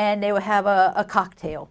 and they would have a cocktail